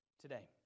today